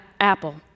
apple